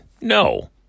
No